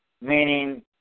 meaning